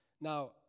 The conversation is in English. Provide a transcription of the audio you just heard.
Now